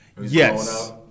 Yes